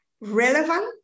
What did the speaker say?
Relevant